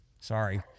Sorry